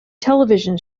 television